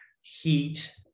heat